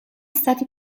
stati